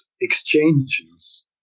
exchanges